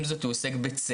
עם זאת הוא עוסק בצעירים,